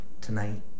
tonight